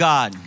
God